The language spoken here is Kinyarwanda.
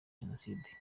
jenoside